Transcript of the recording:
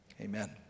Amen